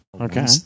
Okay